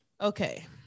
Okay